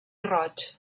roig